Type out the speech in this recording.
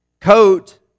coat